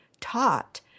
taught